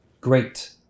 great